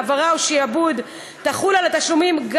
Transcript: העברה או שעבוד תחול על התשלומים גם